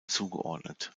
zugeordnet